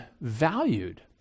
valued